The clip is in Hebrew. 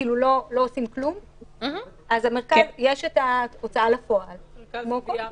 לא עושים כלום אז יש את ההוצאה לפועל כמו בכל קנס,